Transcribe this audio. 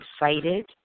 excited